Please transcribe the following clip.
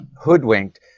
hoodwinked